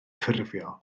ffurfio